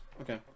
okay